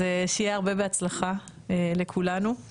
אז שיהיה הרבה בהצלחה לכולנו.